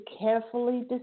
carefully